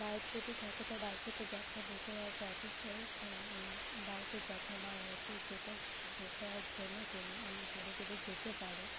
bike যদি থাকে তো বাইকের তো যত্ন নিতেই হবে অবশ্যই যে বাইক যত্ন নেওয়া উচিত যেটা যেটার জন্য তুমি অনেক দূরে দূরে যেতে পারো